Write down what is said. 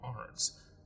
arts